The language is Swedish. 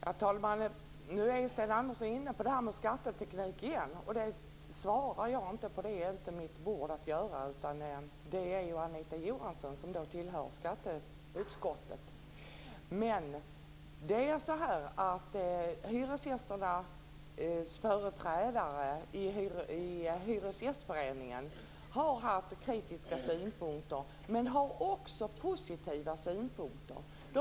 Fru talman! Sten Andersson kom återigen in på detta med skatteteknik. Sådana frågor svarar jag inte på, eftersom det inte är mitt område. Det är ju Anita Johansson som tillhör skatteutskottet som har att göra det. Hyresgästernas företrädare i Hyresgästföreningen har haft kritiska synpunkter, men han har också positiva synpunkter.